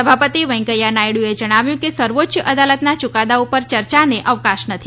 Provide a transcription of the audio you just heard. સભાપતિ શ્રી વેંકૈયાહ નાયડુએ જણાવ્યું કે સર્વોચ્ય અદાલતના યુકાદા પર ચર્ચાને અવકાશ નથી